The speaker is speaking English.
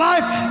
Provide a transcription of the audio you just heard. life